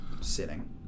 sitting